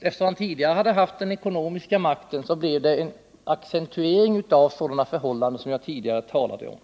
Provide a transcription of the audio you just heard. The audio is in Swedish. eftersom den tidigare hade haft den ekonomiska makten, blev det en accentuering av sådana förhållanden som jag tidigare talade om.